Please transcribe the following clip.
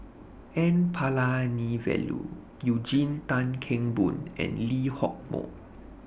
N Palanivelu Eugene Tan Kheng Boon and Lee Hock Moh